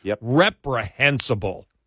Reprehensible